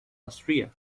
austria